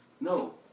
No